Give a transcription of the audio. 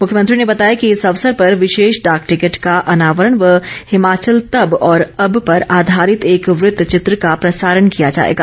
मुख्यमंत्री ने बताया कि इस अवसर पर विशेष डाक टिकट का अनावरण व हिमाचल तब और अब पर आधारित एक वृत चित्र का प्रसारण किया जाएगा